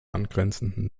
angrenzenden